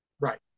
right